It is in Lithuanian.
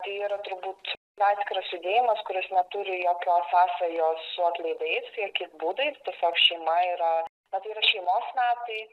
yra turbūt atskiras judėjimas kuris neturi jokios sąsajos su atlaidais tai jokiais būdais tiesiog šeima yra na tai yra šeimos metai